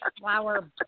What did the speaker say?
flower